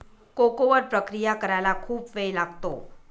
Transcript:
cocoa वर प्रक्रिया करायला खूप वेळ लागतो